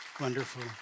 Wonderful